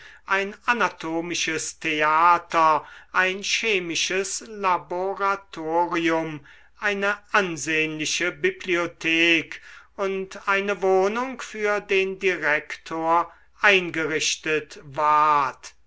ein anatomisches theater ein chemisches laboratorium eine ansehnliche bibliothek und eine wohnung für den direktor eingerichtet werd